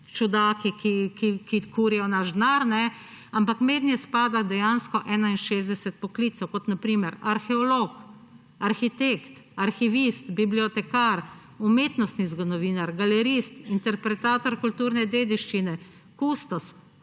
čudaki, ki kurijo naš denar, ampak mednje spada dejansko 61 poklicev, kot na primer: arheolog, arhitekt, arhivist, bibliotekar, umetnostni zgodovinar, galerist, interpretator kulturne dediščine, kustos,